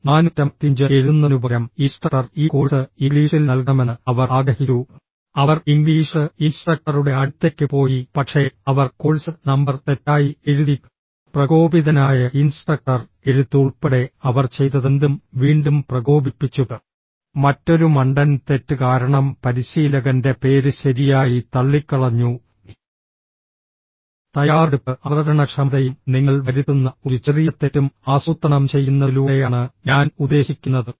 G 455 എഴുതുന്നതിനുപകരം instructor ഈ course ഇംഗ്ലീഷിൽ നൽകണമെന്ന് അവർ ആഗ്രഹിച്ചു അവർ ഇംഗ്ലീഷ് ഇൻസ്ട്രക്ടറുടെ അടുത്തേക്ക് പോയി പക്ഷേ അവർ കോഴ്സ് നമ്പർ തെറ്റായി എഴുതി പ്രകോപിതനായ ഇൻസ്ട്രക്ടർ എഴുത്ത് ഉൾപ്പെടെ അവർ ചെയ്തതെന്തും വീണ്ടും പ്രകോപിപ്പിച്ചു മറ്റൊരു മണ്ടൻ തെറ്റ് കാരണം പരിശീലകന്റെ പേര് ശരിയായി തള്ളിക്കളഞ്ഞു തയ്യാറെടുപ്പ് അവതരണക്ഷമതയും നിങ്ങൾ വരുത്തുന്ന ഒരു ചെറിയ തെറ്റും ആസൂത്രണം ചെയ്യുന്നതിലൂടെയാണ് ഞാൻ ഉദ്ദേശിക്കുന്നത്